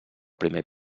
primer